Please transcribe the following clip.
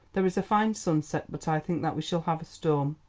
there is a fine sunset but i think that we shall have a storm.